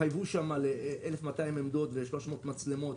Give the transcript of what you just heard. התחייבו שם על 1,200 עמדות ו-300 מצלמות,